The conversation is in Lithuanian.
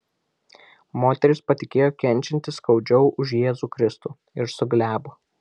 moteris patikėjo kenčianti skaudžiau už jėzų kristų ir suglebo